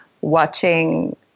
watching